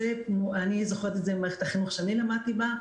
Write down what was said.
אני זוכרת את זה ממערכת החינוך שאני למדתי בה,